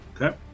Okay